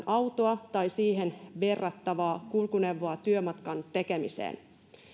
autoa tai siihen verrattavaa kulkuneuvoa työmatkan tekemiseen